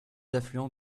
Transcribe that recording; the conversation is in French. affluents